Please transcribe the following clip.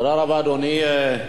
תודה רבה, אדוני.